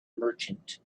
merchant